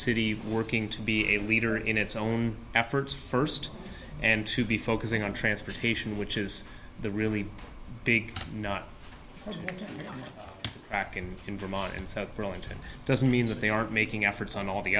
city working to be a leader in its own efforts first and to be focusing on transportation which is the really big not back in in vermont in south burlington doesn't mean that they aren't making efforts on all the